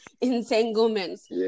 entanglements